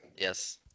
Yes